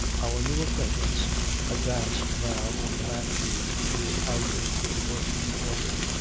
our new acquaintance advanced now from the mantelpiece with his pipe in good working order.